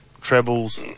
Trebles